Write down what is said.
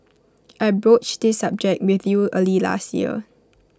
I broached this subject with you early last year